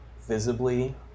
visibly